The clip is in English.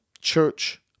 church